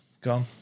gone